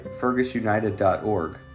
fergusunited.org